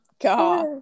God